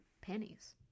pennies